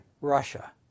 Russia